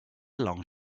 along